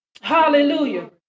Hallelujah